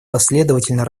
последовательно